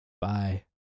Bye